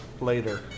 later